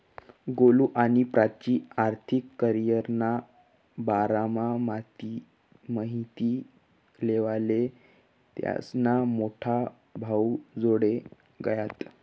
गोलु आणि प्राची आर्थिक करीयरना बारामा माहिती लेवाले त्यास्ना मोठा भाऊजोडे गयात